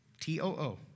T-O-O